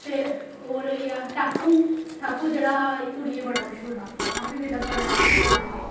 फिर होर होइया टापू जेह्ड़ा कुड़ियें च बड़ा मश्हूर हा आहें बड़ा टापू खेढदे हे